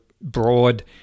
broad